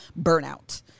burnout